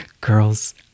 Girls